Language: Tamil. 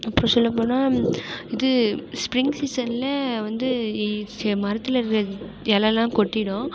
அப்புறம் சொல்லப்போனால் இது ஸ்ப்ரிங் சீசனில் வந்து மரத்தில் இருக்கிற இலையெலாம் கொட்டிடும்